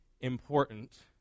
important